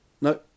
No